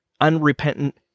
unrepentant